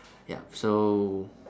ya so